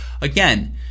again